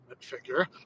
figure